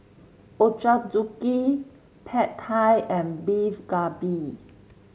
Ochazuke Pad Thai and Beef Galbi